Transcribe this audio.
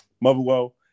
Motherwell